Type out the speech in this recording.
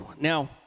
Now